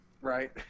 right